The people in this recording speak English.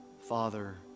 Father